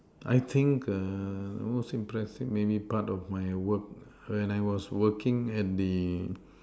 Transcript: I think err most impressive maybe part of my work when I was working at the